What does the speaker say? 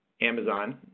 Amazon